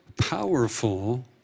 powerful